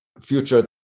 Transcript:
future